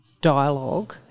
dialogue